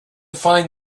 find